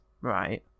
Right